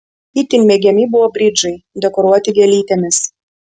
itin mėgiami buvo bridžai dekoruoti gėlytėmis